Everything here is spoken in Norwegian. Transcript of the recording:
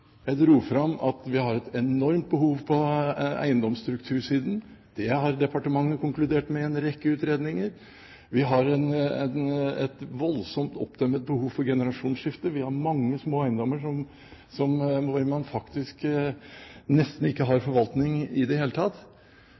Jeg dro fram at vi har et enormt behov på eiendomsstruktursiden; det har departementet konkludert med i en rekke utredninger. Vi har et voldsomt oppdemmet behov for generasjonsskifte. Vi har mange små eiendommer hvor man faktisk nesten ikke har forvaltning i det hele tatt